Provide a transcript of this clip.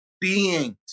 beings